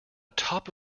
top